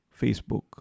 Facebook